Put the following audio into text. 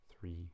three